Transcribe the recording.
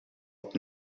het